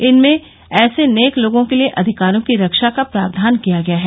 इनमें ऐसे नेक लोगों के अधिकारों की रक्षा का प्रावधान किया गया है